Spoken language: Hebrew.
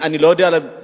אני לא יודע בכלל,